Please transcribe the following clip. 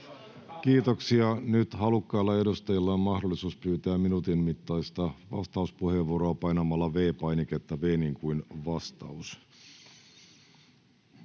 Kiitoksia. — Nyt halukkailla edustajilla on mahdollisuus pyytää minuutin mittaista vastauspuheenvuoroa painamalla V-painiketta — ”V” niin kuin vastaus.